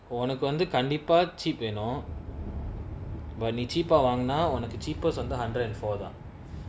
ஒனக்கு வந்து கண்டிப்பா:onaku vanthu kandipaa cheap வேணு:venu but நீ:nee cheap ah வாங்குனா ஒனக்கு:vaangunaa onaku cheapest வந்து:vanthu hundred and four தா:thaa